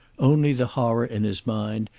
only the horror in his mind,